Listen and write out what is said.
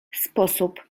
sposób